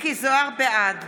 בעד.